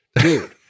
Dude